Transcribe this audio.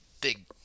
big